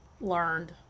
learned